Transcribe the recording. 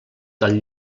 del